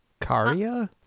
Karia